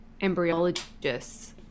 embryologists